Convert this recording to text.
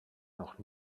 noch